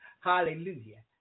Hallelujah